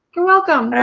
you're welcome!